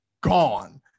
gone